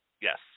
Yes